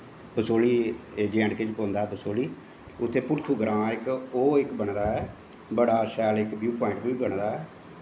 बसहोली जे ऐंड़ के च पौंदा ऐ बस्होली उत्थें पुरथु ग्रां ऐ इक ओह् बने दा ऐ उत्थें बड़ा शैल इक ब्यू प्वाईंट बी बने दा ऐ